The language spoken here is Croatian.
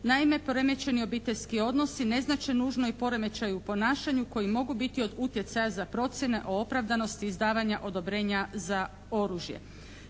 Naime poremećeni obiteljski odnosi ne znači nužno i poremećaj u ponašanju koji mogu biti od utjecaja za procjene o opravdanosti izdavanja odobrenja za oružje.